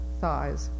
thighs